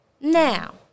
Now